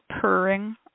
purring